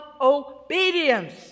obedience